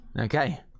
Okay